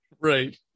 Right